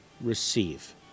receive